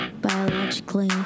biologically